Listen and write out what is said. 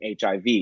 HIV